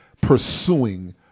pursuing